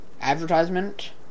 advertisement